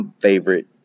favorite